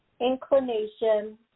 inclination